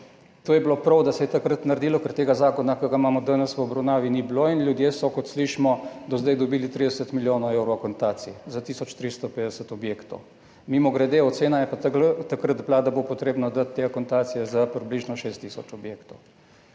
to je bilo prav, da se je takrat naredilo, ker tega zakona, ki ga imamo danes v obravnavi, ni bilo in ljudje so, kot slišimo, do zdaj dobili 30 milijonov evrov akontacije za tisoč 350 objektov. Mimogrede, ocena je pa takrat bila, da bo treba dati te akontacije za približno 6 tisoč objektov.